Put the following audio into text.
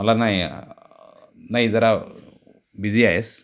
मला नाही नाही जरा बिजी आहेस